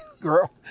Girl